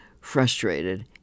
frustrated